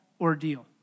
ordeal